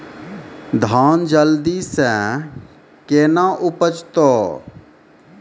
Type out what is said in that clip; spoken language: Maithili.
धान जल्दी से के ना उपज तो?